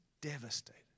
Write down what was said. devastated